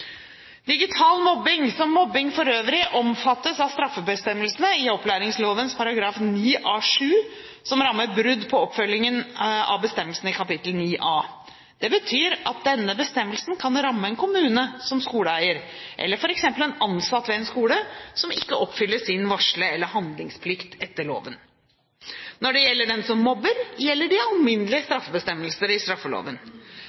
Digital mobbing, som mobbing for øvrig, omfattes av straffebestemmelsene i opplæringsloven § 9a-7, som rammer brudd på oppfølging av bestemmelsene i kapittel 9a. Det betyr at denne bestemmelsen kan ramme en kommune som skoleeier eller f.eks. en ansatt ved en skole som ikke oppfyller sin varslings- eller handlingsplikt etter loven. Når det gjelder den som mobber, gjelder de alminnelige